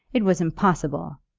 it was impossible.